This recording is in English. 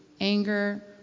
anger